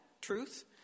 truth